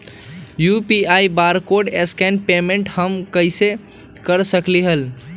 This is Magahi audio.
यू.पी.आई बारकोड स्कैन पेमेंट हम कईसे कर सकली ह?